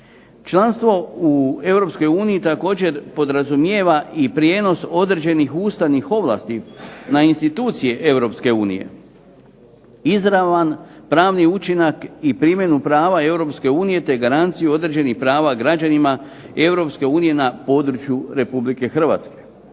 Članstvo u EU također podrazumijeva i prijenos određenih ustavnih ovlasti na institucije EU. Izravan pravni učinak i primjenu prava EU te garanciju određenih prava građanima EU na području RH. Tako